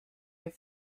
over